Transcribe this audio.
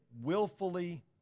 willfully